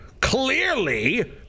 Clearly